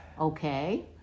Okay